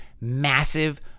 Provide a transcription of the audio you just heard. massive